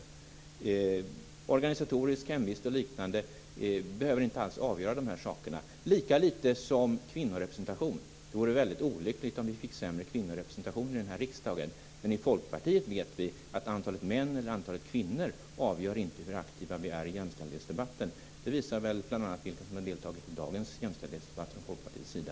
Den organisatoriska hemvisten och liknande behöver inte alls avgöra de här sakerna, lika litet som kvinnorepresentationen. Det vore väldigt olyckligt om vi fick en sämre kvinnorepresentation i den här riksdagen, men i Folkpartiet vet vi att antalet män eller kvinnor inte avgör hur aktiva vi är i jämställdhetsdebatten. Det visar bl.a. de som har deltagit i dagens jämställdhetsdebatt från Folkpartiet.